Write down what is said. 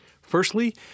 Firstly